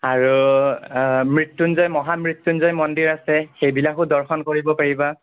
আৰু মৃত্যঞ্জয় মহামৃত্যুঞ্জয় মন্দিৰ আছে সেইবিলাকো দৰ্শন কৰিব পাৰিবা